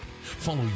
Follow